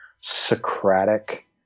Socratic